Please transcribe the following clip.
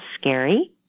scary